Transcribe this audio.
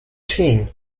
team